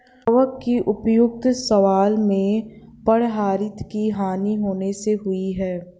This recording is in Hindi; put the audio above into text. कवक की उत्पत्ति शैवाल में पर्णहरित की हानि होने से हुई है